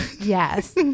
Yes